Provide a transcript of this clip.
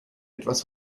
etwas